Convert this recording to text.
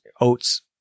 oats